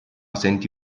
sentì